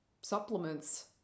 supplements